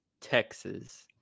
Texas